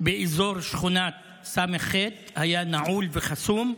באזור שכונת ס"ח היה נעול וחסום.